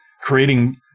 creating